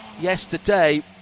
yesterday